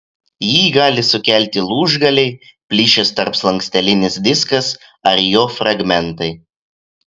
jį gali sukelti lūžgaliai plyšęs tarpslankstelinis diskas ar jo fragmentai